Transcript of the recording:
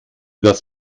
das